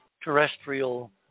terrestrial